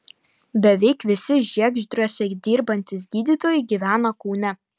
beveik visi žiegždriuose dirbantys gydytojai gyvena kaune